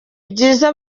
byiza